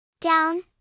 Down